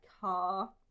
car